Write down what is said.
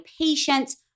patients